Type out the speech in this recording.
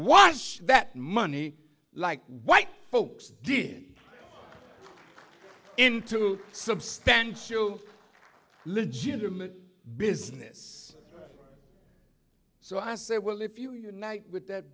wash that money like white folks did into substantial legitimate business so i say well if you unite with that